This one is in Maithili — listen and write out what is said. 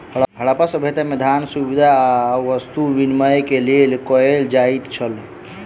हरप्पा सभ्यता में, धान, सुविधा आ वस्तु विनिमय के लेल कयल जाइत छल